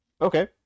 Okay